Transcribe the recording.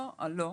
לא.